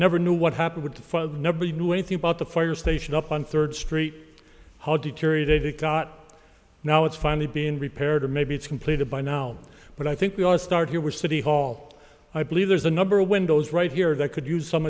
never knew what happened to nobody knew anything about the fire station up on third street how deteriorate it got now it's finally being repaired or maybe it's completed by now but i think we ought to start here which city hall i believe there's a number of windows right here that could use some